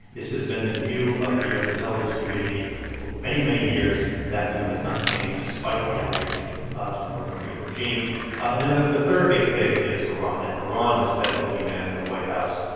this has been the view of the u s. intelligence community for many, many years. that view has not changed despite the outreach ah to the north korean regime and then the the third big thing is iran. and iran has been a boogeyman for the white house.